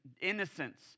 innocence